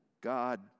God